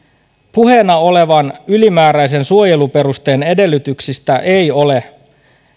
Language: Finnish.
puheena olevan ylimääräisen suojeluperusteen edellytyksistä ei ole